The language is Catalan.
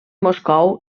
moscou